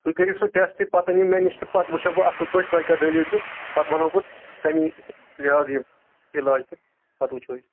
تُہۍ کٔرِو سُہ ٹٮ۪سٹ پتہٕ أنِو مےٚ نِش تہٕ پتہٕ وٕچھو بہٕ اصٕل پٲٹھۍ تۄہہِ کیٛاہ دٔلیٖل چھَو پتہٕ وَنو بہٕ تَمی یہِ حظ یہِ علاج تہٕ پتہٕ وُچھو أسۍ